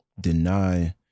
deny